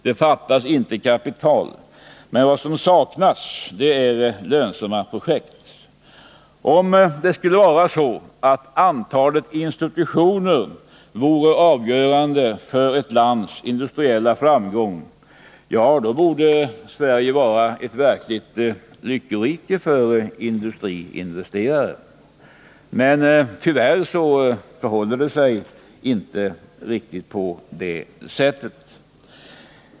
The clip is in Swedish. Det fattas inte kapital — vad som saknas är lönsamma projekt. Om det skulle vara så att antalet institutioner vore avgörande för ett lands industriella framgång borde Sverige vara ett verkligt lyckorike för industriinvesterare. Tyvärr förhåller det sig inte riktigt på det sättet.